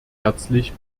herzlich